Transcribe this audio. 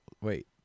Wait